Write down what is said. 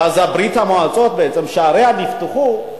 ואז ברית-המועצות, שעריה נפתחו,